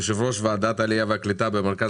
יושב-ראש ועדת העלייה והקליטה במרכז